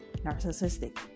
narcissistic